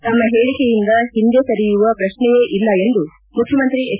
ತಮ್ಮ ಹೇಳಕೆಯಿಂದ ಹಿಂದೆ ಸರಿಯುವ ಪ್ರತ್ನೆಯೇ ಇಲ್ಲ ಎಂದು ಮುಖ್ಯಮಂತ್ರಿ ಎಚ್